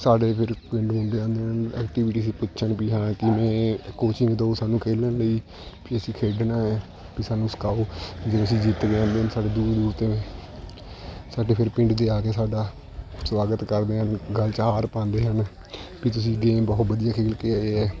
ਸਾਡੇ ਜਿਹੜੇ ਪਿੰਡ ਮੁੰਡੇ ਹਨ ਐਕਟੀਵਿਟੀ ਵੀ ਹਾਂ ਕਿਵੇਂ ਕੋਚਿੰਗ ਦਿਓ ਸਾਨੂੰ ਖੇਡਣ ਲਈ ਵੀ ਅਸੀਂ ਖੇਡਣਾ ਹੈ ਵੀ ਸਾਨੂੰ ਸਿਖਾਓ ਜੇ ਅਸੀਂ ਜਿੱਤ ਗਏ ਸਾਡੇ ਦੂਰ ਦੂਰ ਤੇ ਸਾਡੇ ਫਿਰ ਪਿੰਡ ਦੇ ਆ ਕੇ ਸਾਡਾ ਸਵਾਗਤ ਕਰਦੇ ਹਨ ਗਲ਼ 'ਚ ਹਾਰ ਪਾਉਂਦੇ ਹਨ ਵੀ ਤੁਸੀਂ ਗੇਮ ਬਹੁਤ ਵਧੀਆ ਖੇਡ ਕੇ ਆਏ ਹੈ